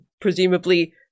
presumably